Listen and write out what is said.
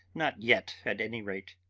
not yet at any rate.